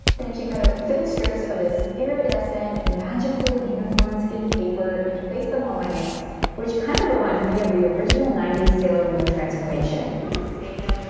then she cut out thin strips of this iridescent magical and unicorn skin paper and place them on my nails which kind of reminded me of the original ninety s sailor moon transformation sailor